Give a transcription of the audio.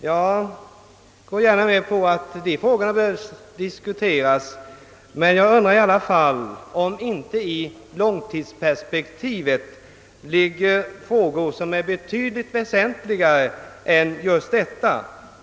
Jag går gärna med på att sådana här frågor kan diskuteras, Men jag undrar i alla fall om inte i långtidsperspektivet ligger frågor som är betydligt väsentligare än just detta.